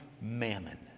mammon